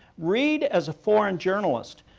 reed, as a foreign journalist,